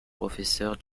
professeur